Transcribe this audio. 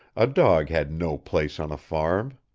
a dog had no place on a farm.